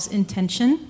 intention